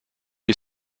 les